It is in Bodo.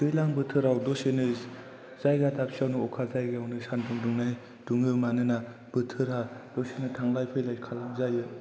दैज्लां बोथोराव दसेनो जायगा दाबसेयावनो अखा जायगायावनो सानदुं दुङो मानोना बोथोरा दंसेनो थांलाय फैलाय खालामजायो